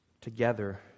together